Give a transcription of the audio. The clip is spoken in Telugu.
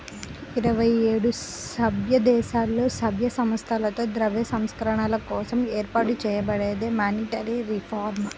ఇరవై ఏడు సభ్యదేశాలలో, సభ్య సంస్థలతో ద్రవ్య సంస్కరణల కోసం ఏర్పాటు చేయబడిందే మానిటరీ రిఫార్మ్